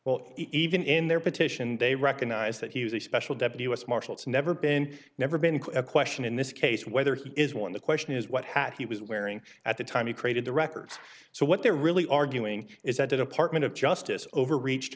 well even in their petition they recognize that he was a special deputy u s marshals never been never been questioned in this case whether he is one the question is what had he was wearing at the time he created the records so what they're really arguing is that the department of justice overreached